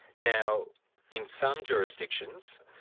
now in some jurisdictions,